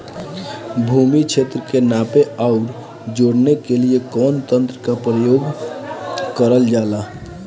भूमि क्षेत्र के नापे आउर जोड़ने के लिए कवन तंत्र का प्रयोग करल जा ला?